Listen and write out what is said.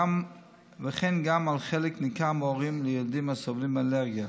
וכן על חלק ניכר מההורים לילדים הסובלים מאלרגיה.